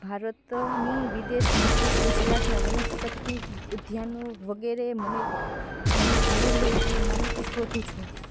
ભારતની વિદેશ નીતિ ગુજરાતનાં વનસ્પતિ ઉદ્યાનો વગેરે મને મને જરૂર હોય તેવી માહિતી શોધું છું